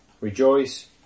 Rejoice